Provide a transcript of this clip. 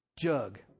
jug